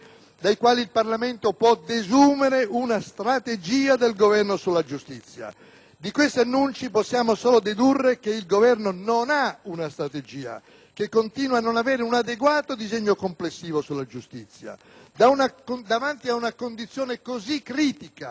Da questi annunci possiamo solo dedurre che il Governo non ha una strategia, che continua a non avere un adeguato disegno complessivo sulla giustizia. Davanti a una condizione tanto critica della giustizia nel nostro Paese oggi lei avrebbe dovuto esporci,